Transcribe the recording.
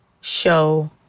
Show